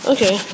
Okay